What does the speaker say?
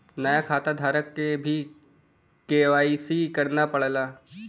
नया खाताधारक के भी के.वाई.सी करना पड़ला